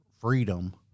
freedom